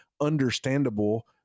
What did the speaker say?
understandable